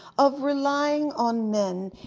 of relying on men,